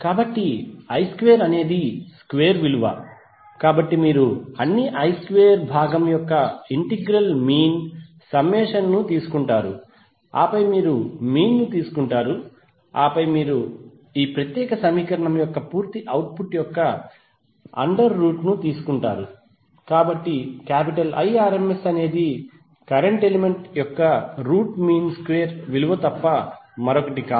కాబట్టి i2 అనేది square విలువ మీరు అన్ని i2 భాగం యొక్క ఇంటెగ్రల్ మీన్ సమ్మేషన్ ను తీసుకుంటారు ఆపై మీరు మీన్ ను తీసుకుంటారు ఆపై మీరు ఈ ప్రత్యేక సమీకరణం యొక్క పూర్తి అవుట్పుట్ యొక్క అండర్ రూట్ ను తీసుకుంటారు కాబట్టి Irms అనేది కరెంట్ ఎలిమెంట్ యొక్క రూట్ మీన్ స్క్వేర్ విలువ తప్ప మరొకటి కాదు